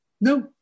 No